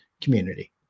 community